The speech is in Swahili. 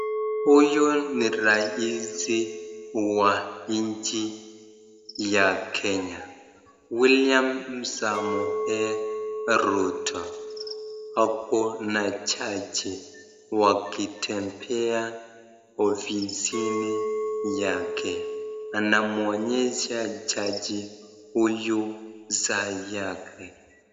Huyu ni rais wa nchi ya Kenya, William Samoei Ruto. Ako na jaji wakitembea ofisini yake, anamwonyesha jaji huyu saa yake.